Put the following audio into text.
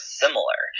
similar